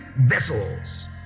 vessels